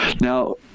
Now